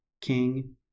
King